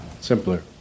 Simpler